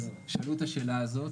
אז שאלו את השאלה הזאת,